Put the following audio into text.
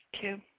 Two